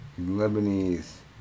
Lebanese